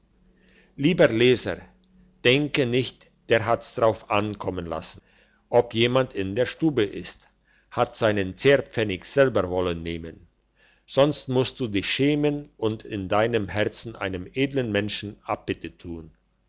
lieber leser denke nicht der hat's lassen drauf ankommen ob jemand in der stube ist hat seinen zehrpfennig selber wollen nehmen sonst musst du dich schämen und in deinem herzen einem edeln menschen abbitte tun